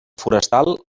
forestal